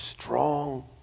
strong